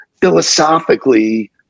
philosophically